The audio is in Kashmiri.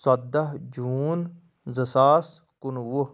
ژۄدہ جوٗن زٕ ساس کُنوُہ